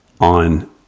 on